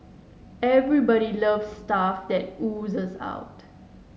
everybody loves stuff that oozes out